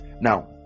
now